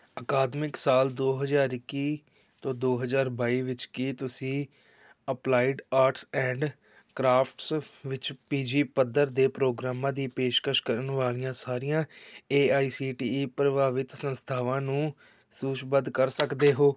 ਅਕਾਦਮਿਕ ਸਾਲ ਦੋ ਹਜ਼ਾਰ ਇੱਕੀ ਤੋਂ ਦੋ ਹਜ਼ਾਰ ਬਾਈ ਵਿੱਚ ਕੀ ਤੁਸੀਂ ਅਪਲਾਈਡ ਆਰਟਸ ਐਂਡ ਕਰਾਫਟਸ ਵਿੱਚ ਪੀ ਜੀ ਪੱਧਰ ਦੇ ਪ੍ਰੋਗਰਾਮਾਂ ਦੀ ਪੇਸ਼ਕਸ਼ ਕਰਨ ਵਾਲੀਆਂ ਸਾਰੀਆਂ A I C T E ਪ੍ਰਭਾਵਿਤ ਸੰਸਥਾਵਾਂ ਨੂੰ ਸੂਚੀਬੱਧ ਕਰ ਸਕਦੇ ਹੋ